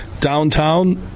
downtown